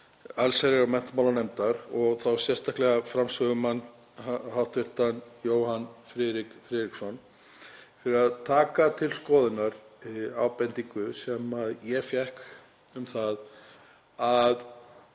allsherjar- og menntamálanefndar, og þá sérstaklega framsögumanns, hv. þm. Jóhanns Friðriks Friðrikssonar, fyrir að taka til skoðunar ábendingu sem ég fékk um það að